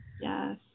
Yes